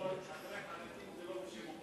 קודם כול זה לא בשם אומרם.